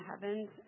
heavens